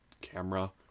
camera